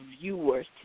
viewers